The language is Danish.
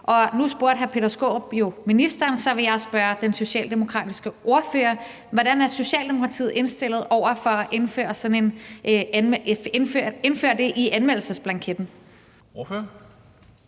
og nu spurgte hr. Peter Skaarup jo ministeren, og så vil jeg spørge den socialdemokratiske ordfører: Hvordan er Socialdemokratiet indstillet over for at indføre det på anmeldelsesblanketten? Kl.